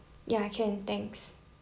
ya can thanks